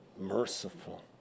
merciful